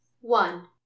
One